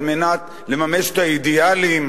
על מנת לממש את האידיאלים,